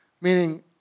Meaning